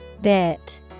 Bit